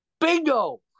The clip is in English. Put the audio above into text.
bingo